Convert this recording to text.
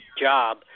job